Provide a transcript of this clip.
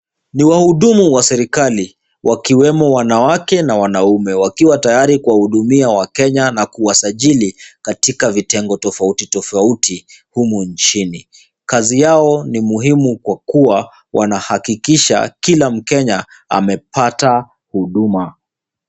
Ni wadumu wa serikali wakiwemo, wanawake na wanaume, wakiwa tayari kuhuwahudumia wakenya na kuwasajili katika vitengo tofauti tofauti humu nchini. Kazi yao ni muhimu kwa kuwa, wanahakikisha kila mkenya amepata huduma.